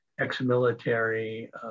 ex-military